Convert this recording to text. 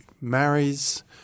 marries